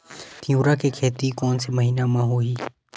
तीवरा के खेती कोन से महिना म होही?